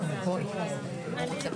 הישיבה ננעלה בשעה 14:02.